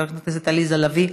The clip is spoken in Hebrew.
מיכאל מלכיאלי,